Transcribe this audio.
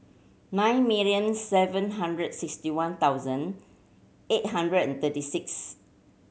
nine million seven hundred sixty one thousand eight hundred and thirty six